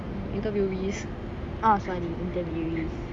interviewees